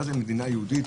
מה זה מדינה יהודית,